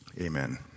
amen